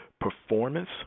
performance